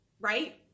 right